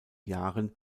jahren